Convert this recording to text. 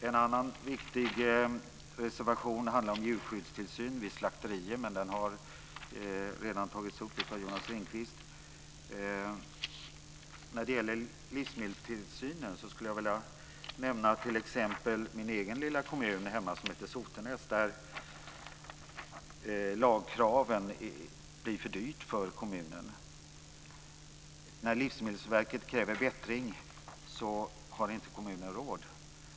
En viktig reservation handlar om djurskyddstillsyn vid slakterier, men den har redan tagits upp av Vad avser livsmedelstillsynen skulle jag vilja nämna min lilla hemkommun Sotenäs som exempel på att de lagstadgade kraven blir för dyra för kommunerna. Kommunen har inte råd att uppfylla Livsmedelsverkets krav på förbättringar.